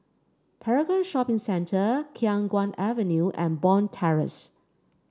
Paragon Shopping Centre Khiang Guan Avenue and Bond Terrace